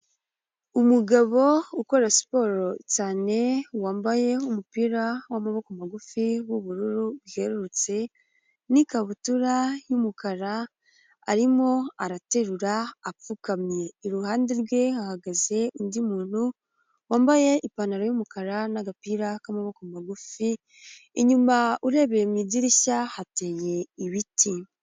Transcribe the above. Umugabo ukora siporo cyane, wambaye umupira w'amaboko magufi, w'ubururu bwerurutse, n'ikabutura y'umukara, arimo araterura apfukamye. Iruhande rwe hahagaze undi muntu wambaye ipantaro y'umukara n'agapira k'amaboko magufi, inyuma urebeye mu idirishya, hateye ibiti.